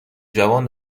جوان